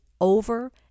over